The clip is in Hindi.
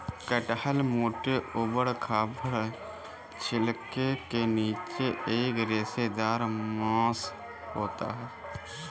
कटहल मोटे, ऊबड़ खाबड़ छिलके के नीचे एक रेशेदार मांस होता है